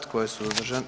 Tko je suzdržan?